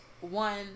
one